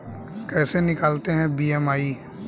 कैसे निकालते हैं बी.एम.आई?